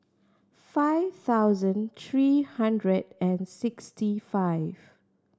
five thousand three hundred sixty five